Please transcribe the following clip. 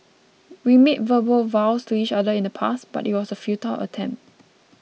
we made verbal vows to each other in the past but it was a futile attempt